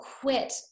quit